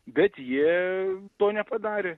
bet jie to nepadarė